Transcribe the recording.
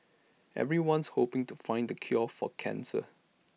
everyone's hoping to find the cure for cancer